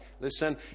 Listen